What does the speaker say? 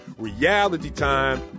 realitytime